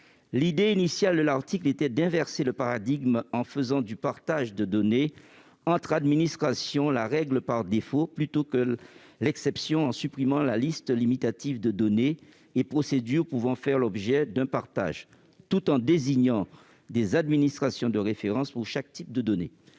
L'idée initiale de l'article était d'inverser le paradigme en faisant du partage de données entre administrations la règle par défaut, plutôt que l'exception, en supprimant la liste limitative de données et procédures pouvant faire l'objet d'un partage, tout en désignant des administrations de référence pour chaque type de données.